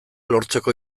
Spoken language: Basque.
lortzeko